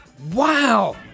Wow